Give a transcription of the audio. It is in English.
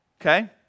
Okay